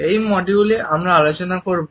এই মডিউলে আমরা আলোচনা করবো